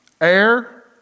air